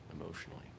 Emotionally